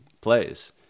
plays